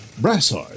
Brassard